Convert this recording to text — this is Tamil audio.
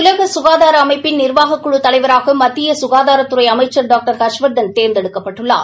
உலக சுகாதார அமைப்பிள் நிர்வாகக் குழு தலைவராக மத்திய சுகாதாரத்துறை அமைச்சர் டாக்டர் ஹா்ஷவா்தன் தோ்ந்தெடுக்கப்பட்டுள்ளார்